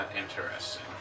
Interesting